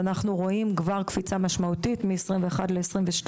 אנחנו רואים כבר קפיצה משמעותית מ-2021 ל-2022,